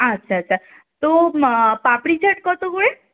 আচ্ছা আচ্ছা তো পাপড়ি চাট কতো করে